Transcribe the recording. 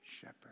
shepherd